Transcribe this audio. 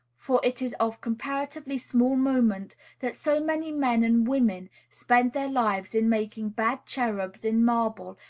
for it is of comparatively small moment that so many men and women spend their lives in making bad cherubs in marble,